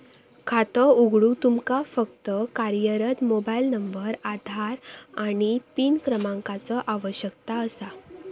खातो उघडूक तुमका फक्त कार्यरत मोबाइल नंबर, आधार आणि पॅन क्रमांकाचो आवश्यकता असा